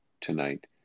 tonight